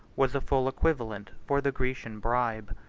was a full equivalent for the grecian bribe.